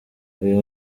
uyu